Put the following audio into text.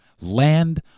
Land